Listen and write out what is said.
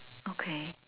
okay